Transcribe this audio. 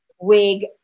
wig